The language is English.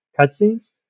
cutscenes